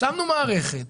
הצבנו מערכת.